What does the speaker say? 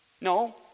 No